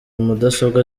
mudasobwa